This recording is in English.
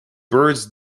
birds